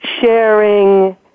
sharing